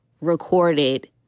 recorded